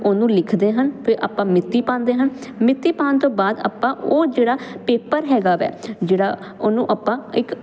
ਉਹਨੂੰ ਲਿਖਦੇ ਹਾਂ ਫਿਰ ਆਪਾਂ ਮਿਤੀ ਪਾਉਂਦੇ ਹਾਂ ਮਿਤੀ ਪਾਉਣ ਤੋਂ ਬਾਅਦ ਆਪਾਂ ਉਹ ਜਿਹੜਾ ਪੇਪਰ ਹੈਗਾ ਵੈ ਜਿਹੜਾ ਉਹਨੂੰ ਆਪਾਂ ਇੱਕ